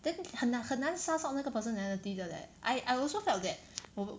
then 很难很难 suss out 那个 personality 的 leh I I also felt that 我我